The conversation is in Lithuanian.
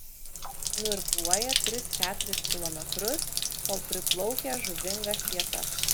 nuirkluoja tris keturis kilometrus kol priplaukia žuvingas vietas